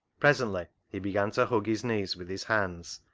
presently he began to hug his knees with his hands,